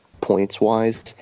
points-wise